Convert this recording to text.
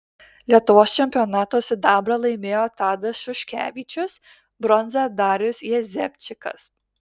lietuvos čempionato sidabrą laimėjo tadas šuškevičius bronzą darius jazepčikas